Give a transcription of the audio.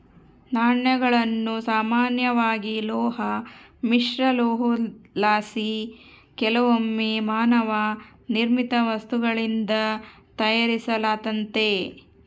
ನಾಣ್ಯಗಳನ್ನು ಸಾಮಾನ್ಯವಾಗಿ ಲೋಹ ಮಿಶ್ರಲೋಹುದ್ಲಾಸಿ ಕೆಲವೊಮ್ಮೆ ಮಾನವ ನಿರ್ಮಿತ ವಸ್ತುಗಳಿಂದ ತಯಾರಿಸಲಾತತೆ